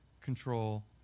control